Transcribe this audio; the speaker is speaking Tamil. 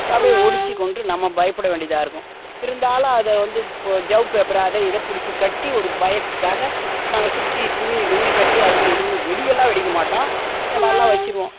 அப்டியே ஒடைச்சிக்கொன்று நம்ம பயப்பட வேண்டியதா இருக்கும் இருந்தாலும் அதை வந்து போ ஜவ் பேப்பரை அதை இதை பிடிச்சிக் கட்டி ஒரு பயத்துக்காக நாங்கள் சுற்றி துணியை கிணிய கட்டி அதுக்கு இதுக்குன்னு வெடியெல்லாம் வெடிக்க மாட்டோம் இந்த மாதிரிலாம் வெச்சிடுவோம்